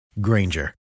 Granger